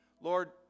Lord